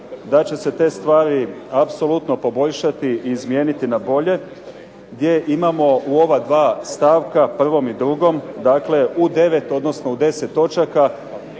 da će se te stvari apsolutno poboljšati i izmijeniti na bolje, gdje imamo u ova dva stavka 1. i 2. dakle u 9, odnosno 10 točaka